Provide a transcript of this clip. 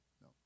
no